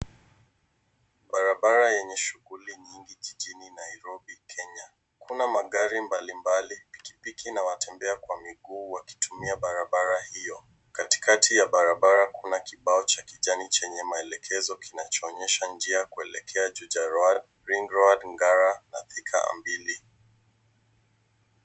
Baranara yenye shughuli nyingi jijini Nairobi kenya, kuna magari mbalimbali, pikipiki na watembea kwa miguu wakitumia barabara hio, katikati ya barabara kuna kibao cha kijani chenye maelekezo kinachoonyesha njia kuelekea Juja, Ruara, Ring Road, Ngara na Thika.